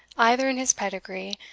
either in his pedigree,